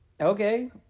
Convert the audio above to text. Okay